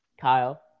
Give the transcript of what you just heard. Kyle